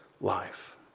life